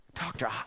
doctor